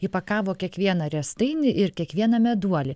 įpakavo kiekvieną riestainį ir kiekvieną meduolį